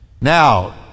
Now